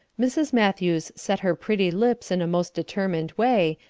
mrs. matthews set her pretty lips in a most determined way,